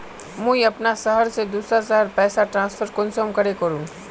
मुई अपना शहर से दूसरा शहर पैसा ट्रांसफर कुंसम करे करूम?